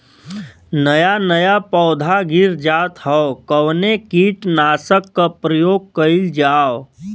नया नया पौधा गिर जात हव कवने कीट नाशक क प्रयोग कइल जाव?